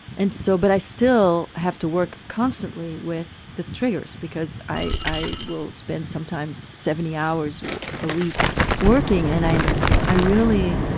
and so but i still i have to work constantly with the triggers because i i will spend sometimes seventy hours a week working and i i really